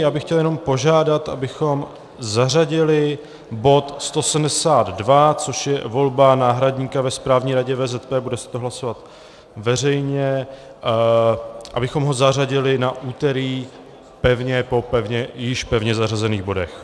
Já bych chtěl jenom požádat, abychom zařadili bod 172, což je volba náhradníka ve Správní radě VZP, bude se to hlasovat veřejně, abychom ho zařadili na úterý pevně po již pevně zařazených bodech.